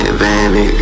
baby